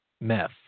meth